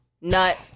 nut